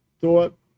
thought